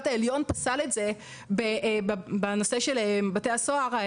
העליון פסל את זה בנושא של בתי הסוהר.